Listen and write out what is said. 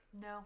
No